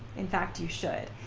in fact, you should,